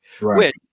Right